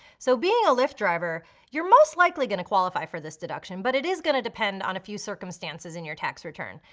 so being a lyft driver you're most likely gonna qualify for this deduction, but it is gonna depend on a few circumstances in your tax return.